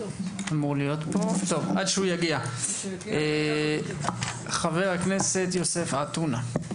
עד שהוא יגיע, חבר הכנסת יוסף עטאונה.